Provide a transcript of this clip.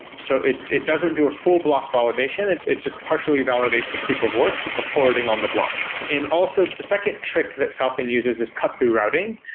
so it it doesn't do a full block validation. and it just partially validates the proof of work forwarding on the block and also, the second trick that falcon uses is cut through routing,